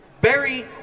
Barry